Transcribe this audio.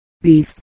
beef